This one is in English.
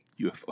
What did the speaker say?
UFO